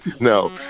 No